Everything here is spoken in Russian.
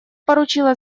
поручило